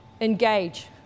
engage